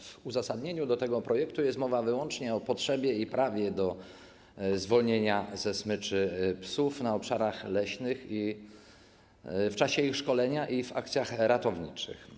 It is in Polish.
W uzasadnieniu tego projektu jest mowa wyłącznie o potrzebie i prawie zwolnienia ze smyczy psów na obszarach leśnych w czasie ich szkolenia i akcji ratowniczych.